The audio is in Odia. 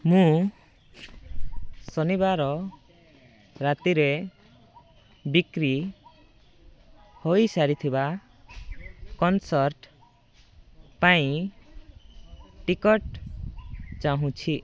ମୁଁ ଶନିବାର ରାତିରେ ବିକ୍ରି ହୋଇସାରିଥିବା କନସର୍ଟ ପାଇଁ ଟିକେଟ୍ ଚାହୁଁଛି